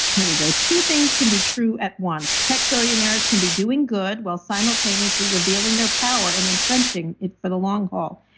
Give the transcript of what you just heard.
here we go, two things can be true at once. tech billionaires can be doing good while simultaneously revealing their power and entrenching it for the long haul.